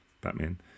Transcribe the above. Batman